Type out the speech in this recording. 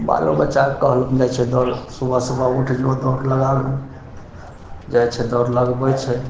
बालोबच्चाके कहलहुॅं जाइ छै दौड़ सुबह सुबह उठ जो दौड़ लगा गन जाइ छै दौड़ लगबै छै